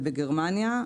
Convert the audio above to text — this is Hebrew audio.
ובגרמניה,